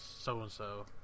so-and-so